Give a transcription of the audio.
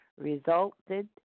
resulted